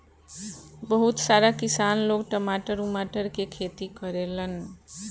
बहुत सारा किसान लोग टमाटर उमाटर के खेती करेलन